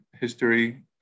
history